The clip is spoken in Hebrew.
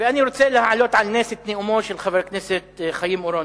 רוצה להעלות על נס את נאומו של חבר הכנסת חיים אורון,